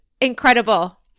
incredible